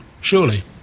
surely